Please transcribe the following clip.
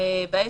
בעסק.